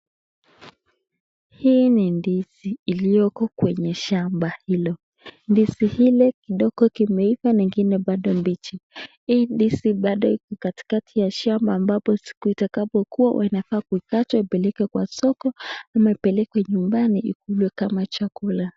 Hii ni ndizi iliko kwenye shamba hilo. Ndizi ile ndogo kimeiva na ingine bado mbichi. Hii ndizi bado iko katikati ya shamba ambapo siku itakapokua wanafaa kuikata wapeleke kwa soko ama ipelekwe nyumbani ikulwe kama chakula.